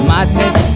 Madness